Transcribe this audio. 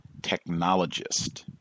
technologist